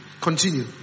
Continue